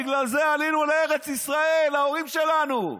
בגלל זה עלינו לארץ ישראל, ההורים שלנו,